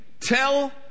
tell